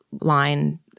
line